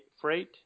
freight